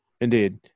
Indeed